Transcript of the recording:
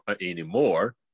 anymore